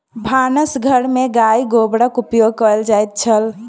भानस घर में गाय गोबरक उपयोग कएल जाइत छल